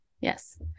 Yes